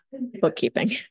bookkeeping